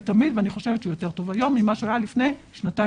ואני חושבת שהוא יותר טוב היום ממה שהוא היה לפני שנתיים וחצי.